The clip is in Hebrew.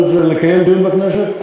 לקיים דיון בכנסת?